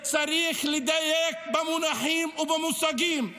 צריך לדייק במונחים ובמושגים.